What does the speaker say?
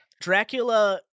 Dracula